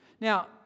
Now